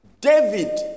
David